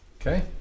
Okay